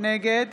נגד